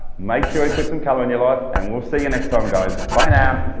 make sure you put some color in your life and we'll see you next time guys. bye